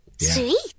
Sweet